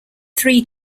three